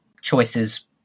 choices